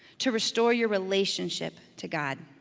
to restore your relationship to god.